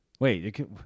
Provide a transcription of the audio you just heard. Wait